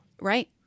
Right